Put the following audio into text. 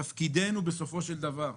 תפקידנו בסופו של דבר,